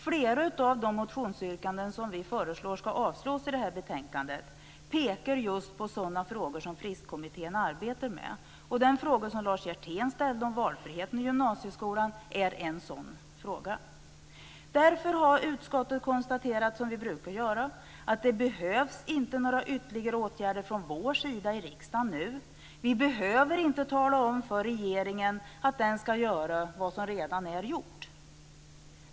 Flera av de motionsyrkanden som vi föreslår ska avslås i betänkandet pekar just på sådana frågor som Fristkomittén arbetar med, och den fråga som Lars Hjertén ställde om valfriheten i gymnasieskolan är en sådan fråga. Därför har utskottet konstaterat, som vi brukar göra, att det inte behövs några ytterligare åtgärder från vår sida i riksdagen nu. Vi behöver inte tala om för regeringen att den ska göra vad som redan är gjort.